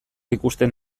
ikusten